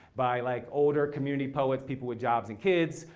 by like older community poets, people with jobs and kids.